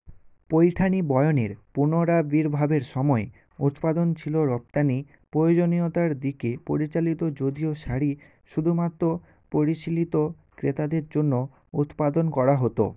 পৈঠানি বয়নের পুনরাবির্ভাবের সময় উৎপাদন ছিলো রপ্তানি প্রয়োজনীয়তার দিকে পরিচালিত যদিও শাড়ি শুধুমাত্র পরিশীলিত ক্রেতাদের জন্য উৎপাদন করা হতো